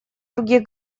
других